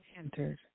entered